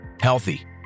healthy